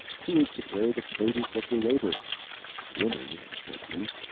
who is to carry the produce of the labour women, said he,